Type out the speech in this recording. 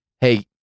hey